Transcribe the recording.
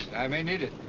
i may need it.